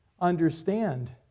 understand